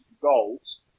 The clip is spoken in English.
goals